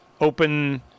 open